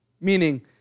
Meaning